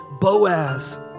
Boaz